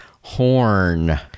Horn